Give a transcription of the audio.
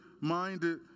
minded